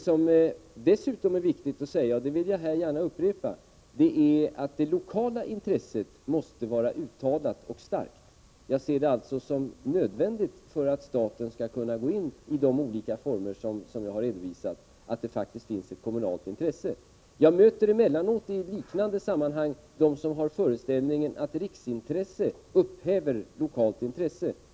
Vad som är viktigt att säga — det vill jag gärna upprepa — är att det lokala intresset måste vara uttalat och starkt. Jag ser det alltså som nödvändigt, för att staten skall kunna gå in i de olika former som jag har redovisat, att det faktiskt finns ett kommunalt intresse. Jag möter emellanåt i liknande sammanhang människor som har föreställningen att riksintresse upphäver lokalt intresse.